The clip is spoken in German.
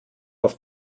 auf